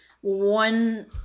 One